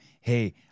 Hey